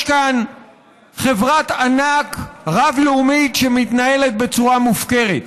יש כאן חברת ענק רב-לאומית שמתנהלת בצורה מופקרת,